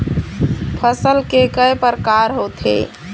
फसल के कय प्रकार होथे?